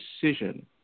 decision